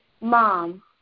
mom